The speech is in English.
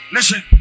Listen